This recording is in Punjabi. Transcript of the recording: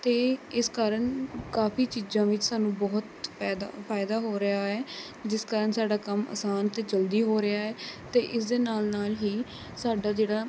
ਅਤੇ ਇਸ ਕਾਰਨ ਕਾਫ਼ੀ ਚੀਜ਼ਾਂ ਵਿੱਚ ਸਾਨੂੰ ਬਹੁਤ ਫਾਇਦਾ ਫਾਇਦਾ ਹੋ ਰਿਹਾ ਹੈ ਜਿਸ ਕਾਰਨ ਸਾਡਾ ਕੰਮ ਅਸਾਨ ਅਤੇ ਜਲਦੀ ਹੋ ਰਿਹਾ ਹੈ ਅਤੇ ਇਸ ਦੇ ਨਾਲ਼ ਨਾਲ਼ ਹੀ ਸਾਡਾ ਜਿਹੜਾ